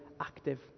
active